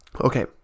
okay